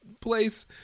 place